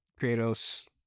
Kratos